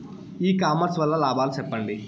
ఇ commerce వల్ల లాభాలు సెప్పండి?